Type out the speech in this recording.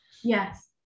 yes